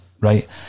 right